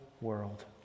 world